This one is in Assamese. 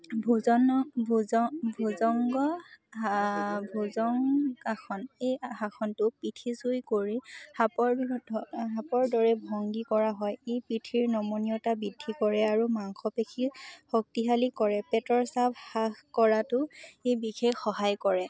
ভুজঙ্গা ভুজঙ্গাসন এই আসনটো পিঠি চুই কৰি সাপৰ সাপৰ দৰে ভংগী কৰা হয় ই পিঠিৰ নমনীয়তা বৃদ্ধি কৰে আৰু মাংসপেেশী শক্তিশালী কৰে পেটৰ চাপ হ্ৰাস কৰাতটো ই বিশেষ সহায় কৰে